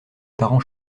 parents